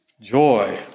joy